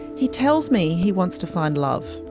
he tells me he wants to find love.